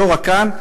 לא רק כאן,